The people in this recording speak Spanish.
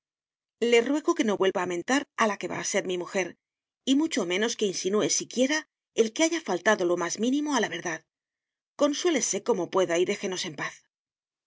le ruego que no vuelva a mentar a la que va a ser mi mujer y mucho menos que insinúe siquiera el que haya faltado lo más mínimo a la verdad consuélese como pueda y déjenos en paz